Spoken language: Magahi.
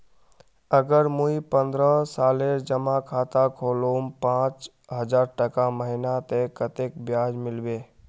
अगर मुई पन्द्रोह सालेर जमा खाता खोलूम पाँच हजारटका महीना ते कतेक ब्याज मिलबे?